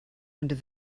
under